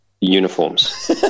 uniforms